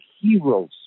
heroes